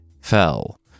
fell